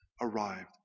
arrived